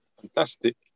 fantastic